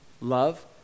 love